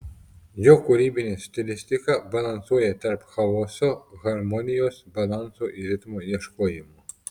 jo kūrybinė stilistika balansuoja tarp chaoso harmonijos balanso ir ritmo ieškojimų